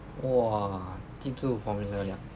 !wah! 记住 formula liao